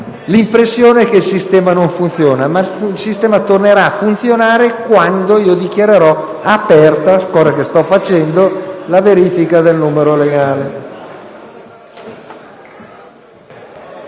l'impressione che il sistema non funzioni, ma il sistema tornerà a funzionare quando dichiarerò aperta - cosa che sto facendo - la verifica del numero legale.